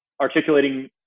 articulating